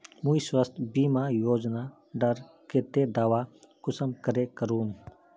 मुई स्वास्थ्य बीमा योजना डार केते दावा कुंसम करे करूम?